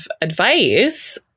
advice